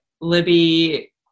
Libby